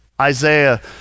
Isaiah